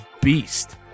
beast